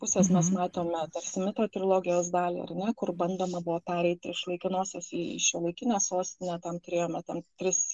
pusės mes matome tarsi mito trilogijos dalį ar ne kur bandoma buvo pereiti iš laikinosios į į šiuolaikinę sostinę ten turėjome tam tris